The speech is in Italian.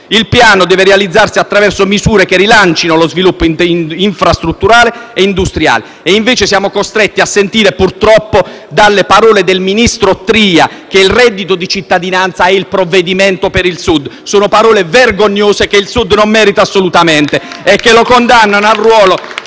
Il piano deve realizzarsi attraverso misure che rilancino lo sviluppo infrastrutturale e industriale. Invece, siamo costretti a sentire, purtroppo, dalle parole del ministro Tria che il reddito di cittadinanza è il provvedimento per il Sud. Sono parole vergognose, che il Sud non merita assolutamente, che lo condannano al ruolo